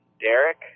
Derek